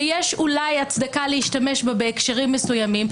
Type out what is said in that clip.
שיש אולי הצדקה להשתמש בה בהקשרים מסוימים,